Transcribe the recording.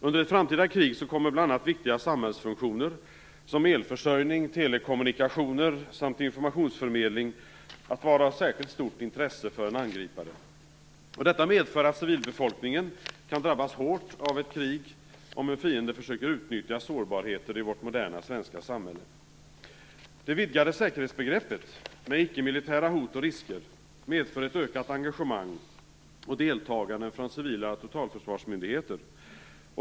Under ett framtida krig kommer bl.a. viktiga samhällsfunktioner såsom elförsörjning, telekommunikationer och informationsförmedling att vara av särskilt stort intresse för en angripare. Detta medför att civilbefolkningen kan drabbas hårt av ett krig om en fiende försöker utnyttja sårbarheter i vårt moderna svenska samhälle. Det vidgade säkerhetsbegreppet med icke-militära hot och risker medför ett ökat engagemang och deltagande från civila totalförsvarsmyndigheter.